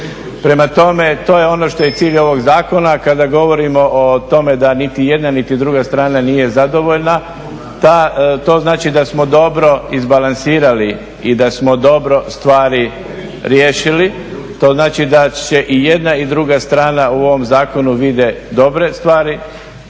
Prema tome, to je ono što je cilj ovog zakona. A kada govorimo o tome da niti jedna niti druga strana nije zadovoljna to znači da smo dobro izbalansirali i da smo dobro stvari riješili. To znači da i jedna i druga strana u ovom zakonu vide dobre stvari,